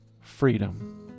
freedom